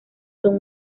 son